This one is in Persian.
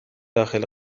داخل